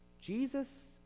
Jesus